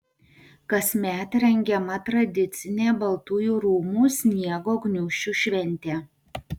kasmet rengiama tradicinė baltųjų rūmų sniego gniūžčių šventė